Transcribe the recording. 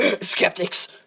Skeptics